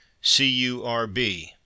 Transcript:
C-U-R-B